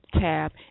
tab